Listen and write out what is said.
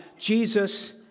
Jesus